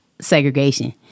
segregation